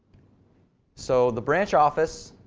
so the branch office,